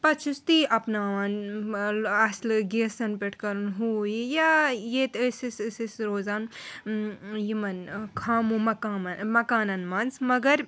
پَتہٕ چھِ أسۍ تی اَپناوان اسہِ لٲگۍ گیسَن پٮ۪ٹھ کَرُن ہُو یہِ یا ییٚتہِ ٲسۍ أسۍ أسۍ ٲسۍ روزان یِمَن ٲں خامُو مکامَن مَکانَن منٛز مگر